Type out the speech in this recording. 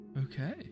okay